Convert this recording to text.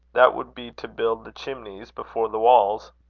that would be to build the chimneys before the walls.